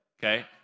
okay